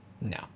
No